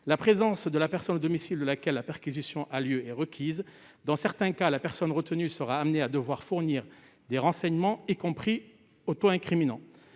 La présence de la personne au domicile de laquelle la perquisition a lieu est requise. Dans certains cas, la personne retenue sera sommée de fournir des renseignements, y compris auto-incriminants.